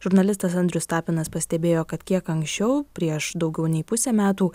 žurnalistas andrius tapinas pastebėjo kad kiek anksčiau prieš daugiau nei pusę metų